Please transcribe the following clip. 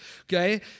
Okay